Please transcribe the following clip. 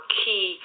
key